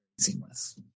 seamless